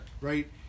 right